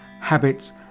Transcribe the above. habits